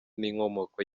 n’inkomoko